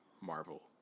Marvel